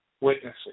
witnessing